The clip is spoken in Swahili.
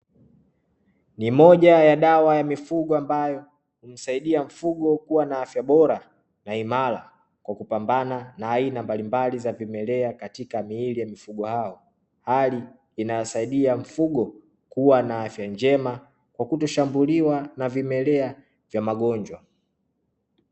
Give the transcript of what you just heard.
Ni moja ya dawa ya mifugo ambayo humsaidia mfugo kuwa na afya bora na imara, kwa kupambana na aina mbalimbali za vimelea katika miili ya mifugo hao. Hali inayosaidia mfugo, kuwa na afya njema kwakutoshambuliwa na vimelea vya magonjwa.